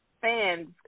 fans